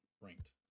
Ranked